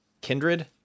Kindred